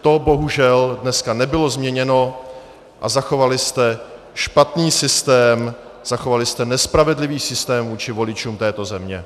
To bohužel dneska nebylo změněno a zachovali jste špatný systém, zachovali jste nespravedlivý systém vůči voličům této země.